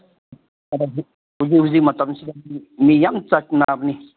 ꯍꯧꯖꯤꯛ ꯍꯧꯖꯤꯛ ꯃꯇꯝꯁꯤꯗ ꯃꯤ ꯃꯤ ꯌꯥꯝ ꯆꯠꯅꯕꯅꯤ